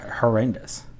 Horrendous